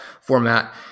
format